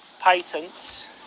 patents